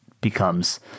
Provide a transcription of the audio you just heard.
becomes